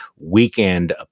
weekend